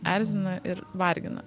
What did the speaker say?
erzina ir vargina